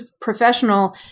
professional